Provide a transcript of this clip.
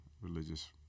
religious